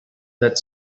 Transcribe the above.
that